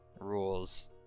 rules